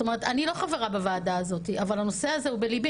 אני לא חברה בוועדה הזאת אבל הנושא הזה הוא בליבי,